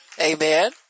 Amen